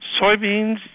Soybeans